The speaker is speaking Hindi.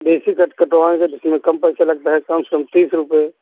देसी कट कटवाएँगे तो उसमें कम पैसा लगता है कम से कम तीस रुपये